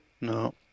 No